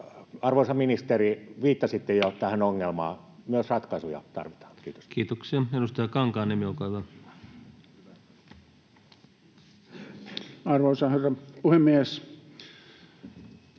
Arvoisa ministeri, viittasitte jo tähän ongelmaan. Myös ratkaisuja tarvitaan. — Kiitos. Kiitoksia. — Edustaja Kankaanniemi, olkaa hyvä. Arvoisa herra